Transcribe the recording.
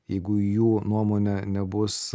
jeigu į jų nuomonę nebus